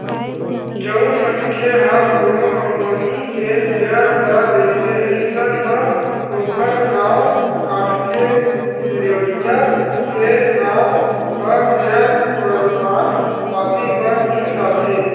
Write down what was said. जउन मनखे ह कोनो कंपनी के सेयर ल लेथे अइसन म ओखर नांव कटके लेवइया के नांव ह सेयर परमान पाती म जुड़ जाथे